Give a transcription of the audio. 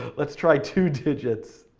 let's try two digits.